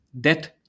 death